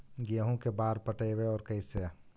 गेहूं के बार पटैबए और कैसे?